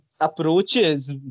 approaches